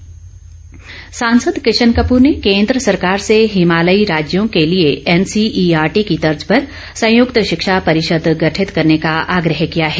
आग्र ह सांसद किशन कपूर ने केंद्र सरकार से हिमालयी राज्यों के लिए एनसीईआरटी की तर्ज पर संयुक्त शिक्षा परिषद गठित करने का आग्रह किया है